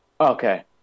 Okay